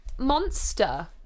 monster